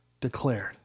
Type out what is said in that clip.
declared